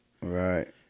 right